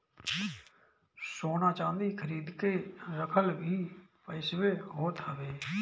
सोना चांदी खरीद के रखल भी पईसवे होत हवे